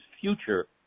future